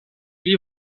pli